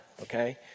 okay